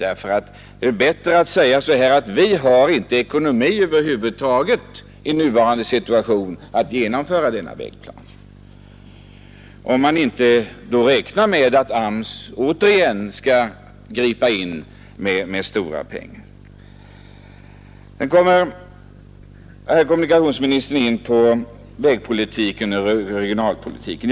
Det är väl bättre att säga att vi har i nuvarande situation över huvud taget inte en sådan ekonomi att vi kan genomföra denna vägplan — om man inte räknar med att AMS återigen skall gripa in med stora pengar. Sedan kom herr kommunikationsministern in på vägpolitiken och regionalpolitiken.